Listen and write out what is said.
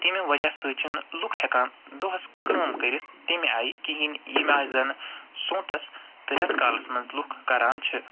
تَمہِ وجہ سۭتۍ چھِنہٕ لُکھ ہٮ۪کان دۄہس کٲم کٔرِتھ تَمہِ آیہِ کِہیٖنۍ ییٚمہِ آیہِ زن سونٛتس تہٕ رٮ۪تہٕ کالس منٛز لُکھ کَران چھِ